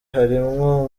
harimwo